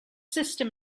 system